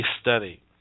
study